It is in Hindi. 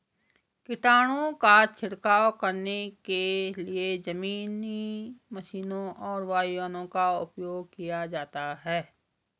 कीटनाशकों का छिड़काव करने के लिए जमीनी मशीनों और वायुयानों का उपयोग किया जाता है